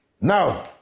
now